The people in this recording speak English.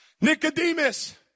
Nicodemus